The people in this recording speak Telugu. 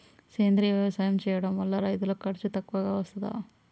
సేంద్రీయ వ్యవసాయం చేయడం వల్ల రైతులకు ఖర్చు తక్కువగా వస్తదా?